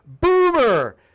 Boomer